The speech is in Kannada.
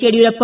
ಯಡಿಯೂರಪ್ಪ